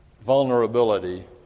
vulnerability